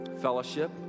fellowship